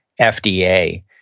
FDA